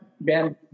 Ben